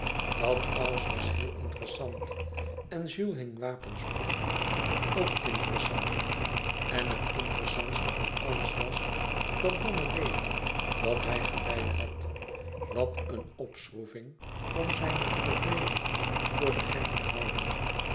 dat alles was heel interessant en jules hing wapens op ook interessant en het interessantste van alles was dat domme leven dat hij geleid had wat een opschroeving om zijne verveling voor den gek te houden